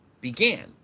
began